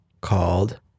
called